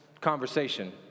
conversation